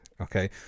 Okay